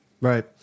Right